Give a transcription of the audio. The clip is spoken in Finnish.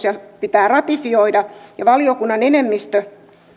ja ratifioida ja valiokunnan enemmistö